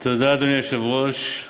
תודה, אדוני היושב-ראש.